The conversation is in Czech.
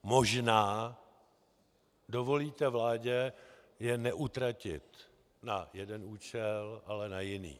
Možná dovolíte vládě je neutratit na jeden účel, ale na jiný.